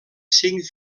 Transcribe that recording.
cinc